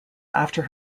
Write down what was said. after